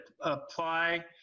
apply